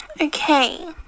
okay